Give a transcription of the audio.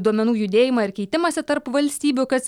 duomenų judėjimą ir keitimąsi tarp valstybių kas